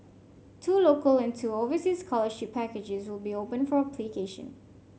two local and two overseas scholarship packages will be open for application